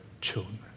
children